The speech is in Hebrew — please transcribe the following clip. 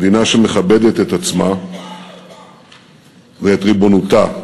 מדינה שמכבדת את עצמה ואת ריבונותה,